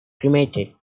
cremated